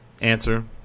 answer